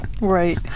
right